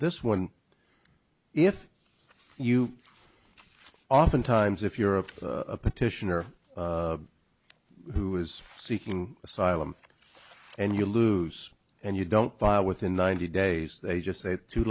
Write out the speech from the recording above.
this one if you oftentimes if europe a petition or who is seeking asylum and you lose and you don't file within ninety days they just say too